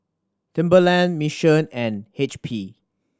Timberland Mission and H P